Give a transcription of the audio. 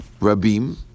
rabim